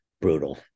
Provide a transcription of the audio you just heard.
brutal